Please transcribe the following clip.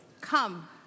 come